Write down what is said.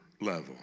level